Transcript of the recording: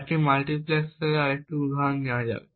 একটি মাল্টিপ্লেক্সারের আরেকটি উদাহরণ নেওয়া যাক